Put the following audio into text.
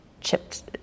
chipped